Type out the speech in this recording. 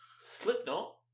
Slipknot